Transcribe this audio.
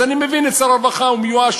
אז אני מבין את שר הרווחה, הוא מיואש.